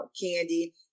Candy